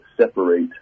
separate